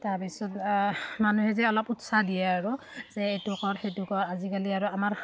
তাৰ পিছত মানুহে যে অলপ উৎসাহ দিয়ে আৰু যে এইটো কৰ সেইটো কৰ আজিকালি আৰু আমাৰ